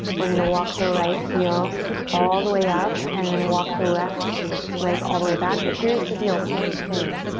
we're gonna walk the right heel all the way up and then walk the left leg all the way back. but here's the deal, same thing,